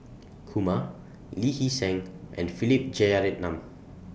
Kumar Lee Hee Seng and Philip Jeyaretnam